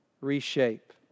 reshape